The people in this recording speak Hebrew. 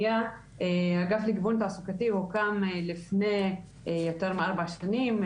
האגף לגיוון תעסוקתי הוקם לפני יותר מארבע שנים,